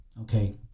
okay